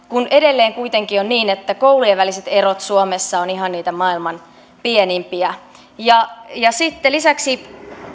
kun edelleen kuitenkin on niin että koulujen väliset erot suomessa ovat ihan niitä maailman pienimpiä sitten lisäksi on